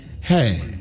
Hey